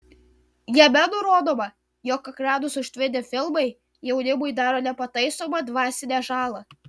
jame nurodoma jog ekranus užtvindę filmai jaunimui daro nepataisomą dvasinę žalą